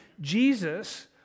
Jesus